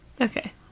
okay